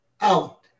out